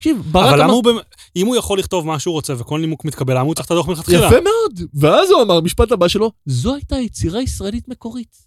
אבל אם הוא יכול לכתוב מה שהוא רוצה וכל נימוק מתקבל למה הוא צריך לדוח מלכתחילה? יפה מאוד! ואז הוא אמר, במשפט הבא שלו, זו הייתה יצירה ישראלית מקורית.